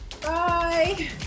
Bye